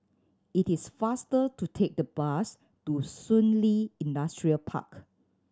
it is faster to take the bus to Shun Li Industrial Park